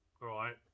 Right